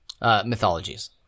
Mythologies